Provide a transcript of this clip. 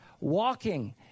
walking